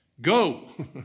go